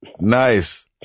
Nice